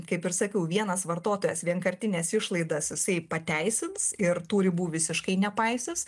kaip ir sakiau vienas vartotojas vienkartines išlaidas jisai pateisins ir tų ribų visiškai nepaisys